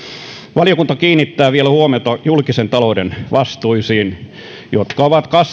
valiokunta kiinnittää vielä huomiota julkisen talouden vastuisiin jotka ovat